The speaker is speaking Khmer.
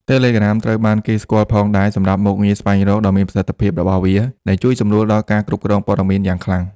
Telegram ត្រូវបានគេស្គាល់ផងដែរសម្រាប់ មុខងារស្វែងរក ដ៏មានប្រសិទ្ធភាពរបស់វា ដែលជួយសម្រួលដល់ការគ្រប់គ្រងព័ត៌មានយ៉ាងខ្លាំង។